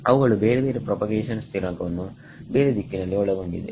ಅವುಗಳು ಬೇರೆ ಬೇರೆ ಪ್ರಾಪಗೇಶನ್ ಸ್ಥಿರಾಂಕವನ್ನು ಬೇರೆ ದಿಕ್ಕಿನಲ್ಲಿ ಒಳಗೊಂಡಿದೆ